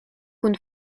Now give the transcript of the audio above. kun